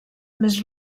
més